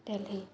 Delhi